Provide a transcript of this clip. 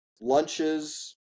lunches